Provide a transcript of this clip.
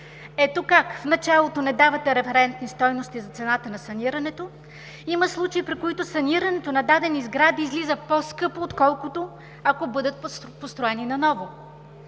Ето как. В началото не давате референтни стойности за цената на санирането, има случаи при които санирането на дадени сгради излиза по-скъпо, отколкото ако бъдат построени наново.